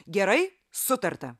gerai sutarta